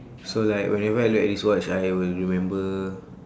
so like whenever I look at his watch I will remember